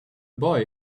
boy